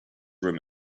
room